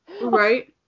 Right